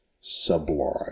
sublime